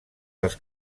dels